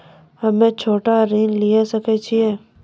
हम्मे छोटा ऋण लिये सकय छियै?